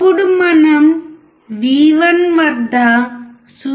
ఇప్పుడు మనం V1 వద్ద 0